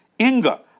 Inga